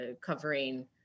covering